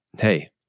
hey